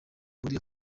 muri